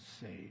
saved